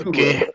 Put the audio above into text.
Okay